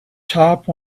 top